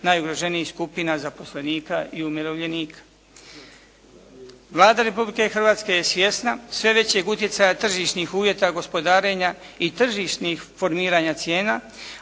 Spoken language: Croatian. najugroženijih skupina zaposlenika i umirovljenika. Vlada Republike Hrvatske je svjesna sve većeg utjecaja tržišnih uvjeta gospodarenja i tržišnih formiranja cijena